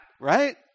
right